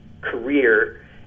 career